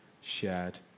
shared